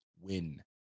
Win